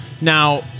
Now